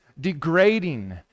degrading